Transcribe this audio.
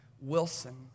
Wilson